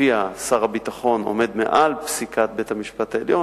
שלפיה שר הביטחון עומד מעל פסיקת בית-המשפט העליון